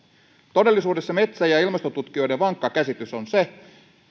todellisuudessa metsä ja ilmastotutkijoiden vankka käsitys on se